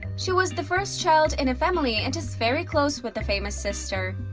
she was the first child in a family and is very close with the famous sister.